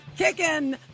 Kicking